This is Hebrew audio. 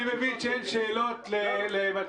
אני מבין שאין שאלות למתפ"ש.